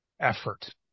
effort